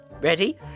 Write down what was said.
Ready